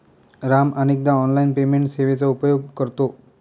राम अनेकदा online payment सेवेचा उपयोग करतो